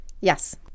yes